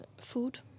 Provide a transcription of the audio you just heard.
food